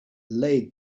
laid